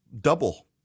double